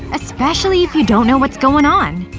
especially if you don't know what's going on.